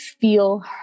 feel